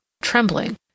trembling